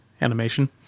animation